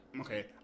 okay